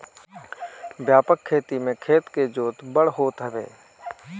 व्यापक खेती में खेत के जोत बड़ होत हवे